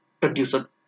Producer